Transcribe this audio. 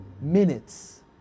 minutes